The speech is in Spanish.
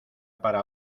para